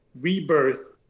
rebirth